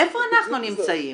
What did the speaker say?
איפה אנחנו נמצאים?